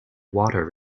water